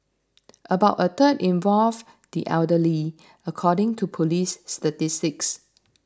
about a third involved the elderly according to police statistics